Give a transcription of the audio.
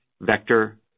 vector